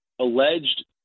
alleged